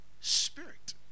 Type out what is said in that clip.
spirit